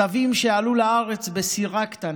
סבים שעלו לארץ בסירה קטנה,